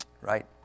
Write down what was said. right